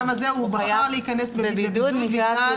האדם הזה בחר להיכנס לבידוד בגלל שהוא